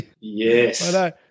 Yes